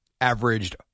averaged